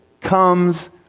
comes